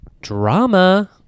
drama